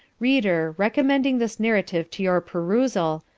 reader, recommending this narrative to your perusal,